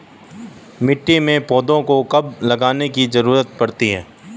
मिट्टी में पौधों को कब लगाने की ज़रूरत पड़ती है?